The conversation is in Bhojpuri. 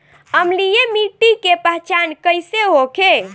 अम्लीय मिट्टी के पहचान कइसे होखे?